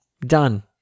Done